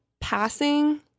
passing